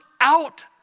out